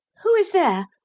who is there?